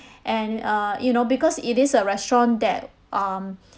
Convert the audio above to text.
and uh you know because it is a restaurant that um